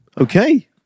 Okay